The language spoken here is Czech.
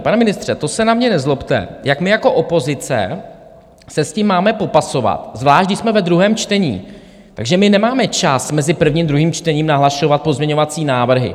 Pane ministře, to se na mě nezlobte, jak my jako opozice se s tím máme popasovat, zvlášť když jsme ve druhém čtení, takže my nemáme čas mezi prvním a druhým čtením nahlašovat pozměňovací návrhy.